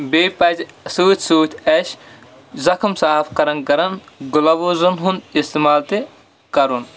بیٚیہِ پَزِ سۭتۍ سۭتۍ اَسہِ زخم صاف کَران کَران گُلاوُزَن ہُنٛد استعمال تہِ کَرُن